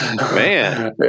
Man